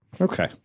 Okay